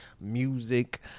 music